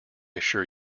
assure